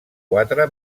quatre